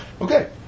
Okay